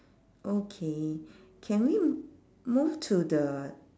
okay can we move to the